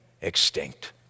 extinct